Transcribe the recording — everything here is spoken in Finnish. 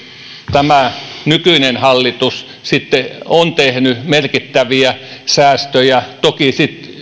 tämä nykyinen hallitus on tehnyt merkittäviä säästöjä toki